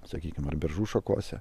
sakykime beržų šakose